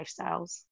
lifestyles